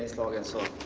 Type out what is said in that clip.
go and so